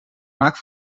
maak